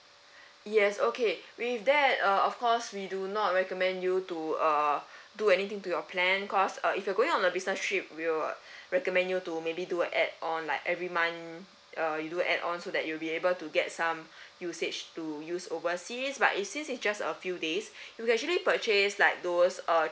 yes okay with that uh of course we do not recommend you to uh do anything to your plan cause uh if you are going on a business trip we'll recommend you to maybe do a add on like every month uh you do a add on so that you'll be able to get some usage to use overseas but if this is just a few days you can actually purchase like those uh